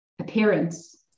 appearance